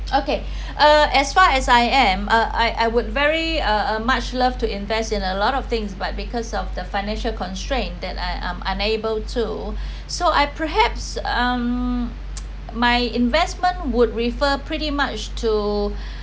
okay uh as far as I am uh I I would very uh uh much love to invest in a lot of things but because of the financial constraint that I am unable to so I perhaps um my investment would refer pretty much to